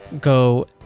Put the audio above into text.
go